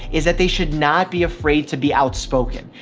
is that they should not be afraid to be outspoken.